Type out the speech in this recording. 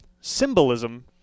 symbolism